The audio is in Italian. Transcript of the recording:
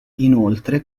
inoltre